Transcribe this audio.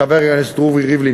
חבר הכנסת רובי ריבלין,